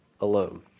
alone